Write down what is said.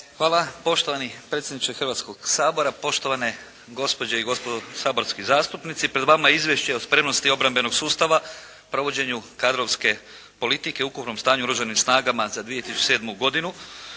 Hvala poštovani predsjedniče Hrvatskoga sabora, poštovane gospođe i gospodo saborski zastupnici. Pred vama je Izvješće o spremnosti obrambenog sustava, provođenju kadrovske politike i ukupnom stanju u Oružanim snagama za 2007. koje,